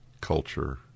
culture